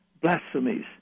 blasphemies